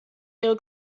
ihre